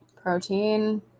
protein